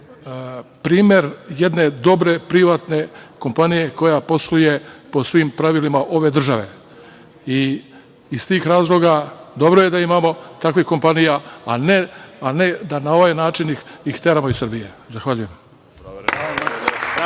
primer jedne dobre privatne kompanije koja posluje po svim pravilima ove države. Iz tih razloga dobro je da imamo takvih kompanija, a ne da na ovaj način ih teramo iz Srbije. Zahvaljujem.